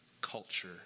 culture